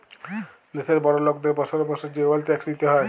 দ্যাশের বড় লকদের বসরে বসরে যে ওয়েলথ ট্যাক্স দিতে হ্যয়